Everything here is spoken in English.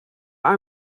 are